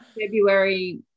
February